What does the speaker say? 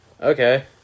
Okay